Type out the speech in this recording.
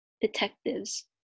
detectives